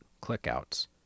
click-outs